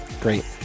Great